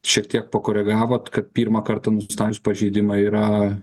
šiek tiek pakoregavo kad pirmą kartą nustačius pažeidimą yra